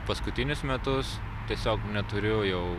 paskutinius metus tiesiog neturiu jau